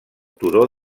turó